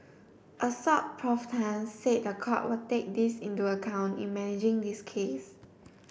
Assoc Prof Tan said the court will take this into account in managing this case